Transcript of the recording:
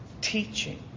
teaching